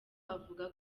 avuga